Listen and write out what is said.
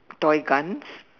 toy guns